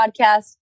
podcast